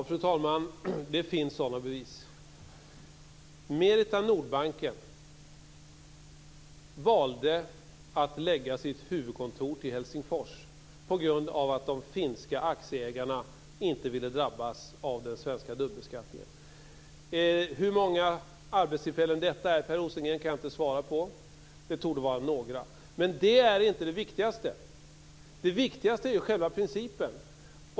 Fru talman! Det finns sådana bevis. Merita Norbanken valde att lägga sitt huvudkontor i Helsingfors på grund av att de finska aktieägarna inte ville drabbas av den svenska dubbelbeskattningen. Hur många arbetstillfällen det handlar om kan jag inte svara på, men det torde vara några. Men det är inte det viktigaste. Det viktigaste är själva principen.